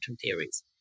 theories